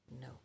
No